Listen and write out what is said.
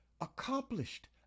accomplished